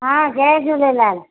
हा जय झूलेलाल